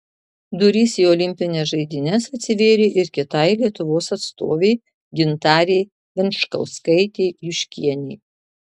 durys į olimpines žaidynes atsivėrė ir kitai lietuvos atstovei gintarei venčkauskaitei juškienei